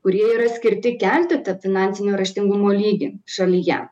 kurie yra skirti kelti tą finansinio raštingumo lygį šalyje